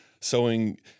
sowing